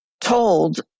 told